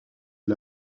est